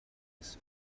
ist